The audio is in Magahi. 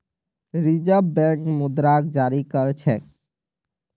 रिज़र्व बैंक मुद्राक जारी कर छेक